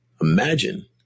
imagine